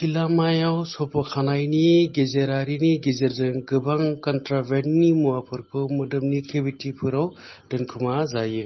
खिलामायव सख'फानायनि गेजेरारिनि गेजेरजों गोबां कन्ट्राबेन्डनि मुवाफोरखौ मोदोमनि केभिटिफोराव दोनखुमाजायो